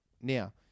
Now